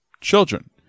children